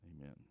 Amen